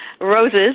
roses